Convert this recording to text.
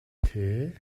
tee